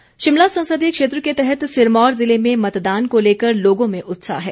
सिरमौर मतदान शिमला संसदीय क्षेत्र के तहत सिरमौर ज़िले में मतदान को लेकर लोगों में उत्साह है